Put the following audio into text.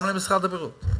גם למשרד הבריאות.